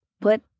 put